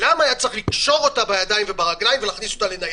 היה צריך לקשור אותה בידיים וברגליים ולהכניס אותה לניידת.